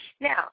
Now